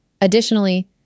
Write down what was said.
Additionally